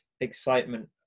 excitement